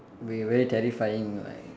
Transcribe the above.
will be very terrifying like